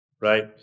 right